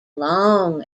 long